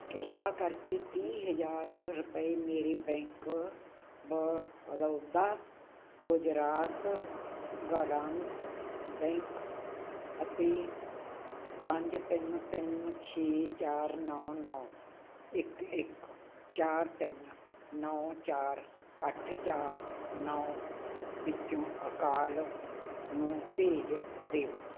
ਕਿਰਪਾ ਕਰਕੇ ਤੀਹ ਹਜ਼ਾਰ ਰੁਪਏ ਮੇਰੇ ਬੈਂਕ ਬੜੌਦਾ ਗੁਜਰਾਤ ਗ੍ਰਾਮੀਣ ਬੈਂਕ ਅਤੇ ਪੰਜ ਤਿੰਨ ਤਿੰਨ ਛੇ ਚਾਰ ਨੌਂ ਨੌਂ ਇੱਕ ਇੱਕ ਚਾਰ ਤਿੰਨ ਨੌਂ ਚਾਰ ਅੱਠ ਚਾਰ ਨੌਂ ਵਿਚੋਂ ਅਕਾਲ ਨੂੰ ਭੇਜ ਦੇਵੋ